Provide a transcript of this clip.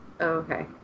Okay